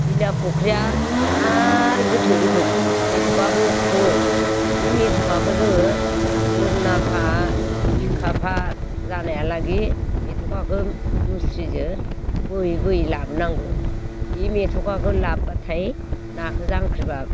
बिना फख्रिया आर गोथौ गोथौ मेथ'खाबो दङ इ मेथ'खाखो जोङो गोरनाफा बिखाफा जानायालागि मथे'खाखो मुस्रिजो बोयै बोयै लाबोनांगो इ मेथ'खाखो लाबबाथाइ नाखौ जांख्रिबा